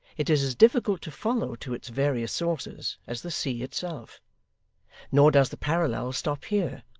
it is as difficult to follow to its various sources as the sea itself nor does the parallel stop here,